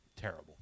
terrible